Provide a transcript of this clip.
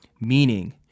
meaning